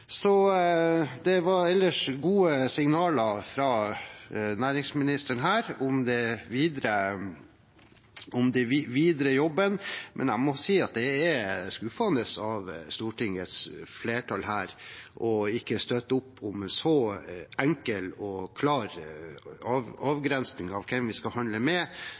Det var ellers gode signaler fra næringsministeren her om den videre jobben, men jeg må si at det er skuffende at Stortingets flertall ikke støtter opp om en så enkel og klar avgrensning av hvem vi skal handle med